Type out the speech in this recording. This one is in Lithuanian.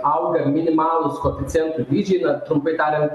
auga minimalūs koeficientų dydžiai na tumpai tariant